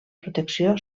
protecció